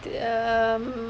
um